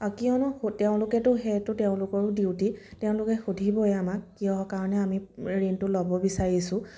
আৰু কিয়নো তেওঁলোকেতো সেইটো তেওঁলোকৰো ডিউটি তেওঁলোকে সুধিবই আমাক কিহৰ কাৰণে আমি ঋণটো ল'ব বিচাৰিছোঁ